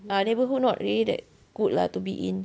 ah neighbourhood not really that good lah to be in